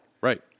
Right